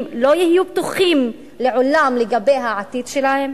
לא יהיו בטוחים לעולם לגבי העתיד שלהם?